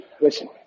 Listen